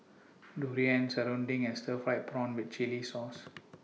Durian Serunding and Stir Fried Prawn with Chili Sauce